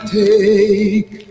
take